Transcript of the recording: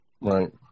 Right